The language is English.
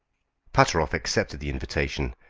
pateroff accepted the invitation,